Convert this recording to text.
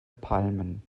palmen